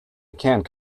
can’t